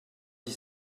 dix